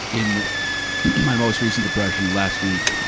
in my most recent depression last week,